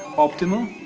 optimal.